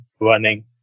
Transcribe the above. running